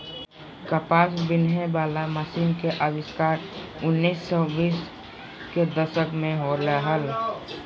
कपास बिनहे वला मशीन के आविष्कार उन्नीस सौ बीस के दशक में होलय हल